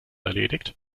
erledigt